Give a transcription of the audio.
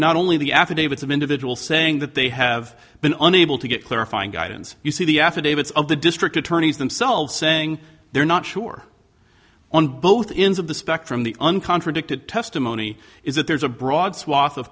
not only the affidavits of individual saying that they have been unable to get clarifying guidance you see the affidavits of the district attorneys themselves saying they're not sure on both ends of the spectrum the uncontracted testimony is that there's a broad swath of